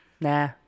Nah